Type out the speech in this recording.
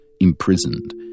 imprisoned